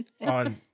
On